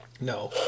No